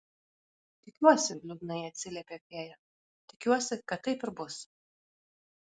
tikiuosi liūdnai atsiliepė fėja tikiuosi kad taip ir bus